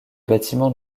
bâtiment